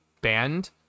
banned